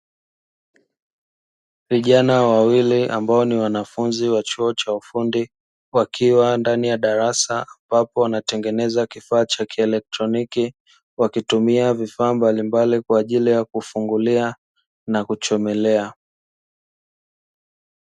Vijana wawili ambao ni wanafunzi wa chuo cha ufundi, wakiwa ndani ya darasa ambako wanatengeneza vifaa vya kielektroniki, wakitumia vifaa mbalimbali kwa ajili ya kufungulia na kuchomelea.